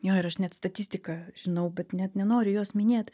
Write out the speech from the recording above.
jo ir aš net statistiką žinau bet net nenoriu jos minėt